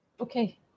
Okay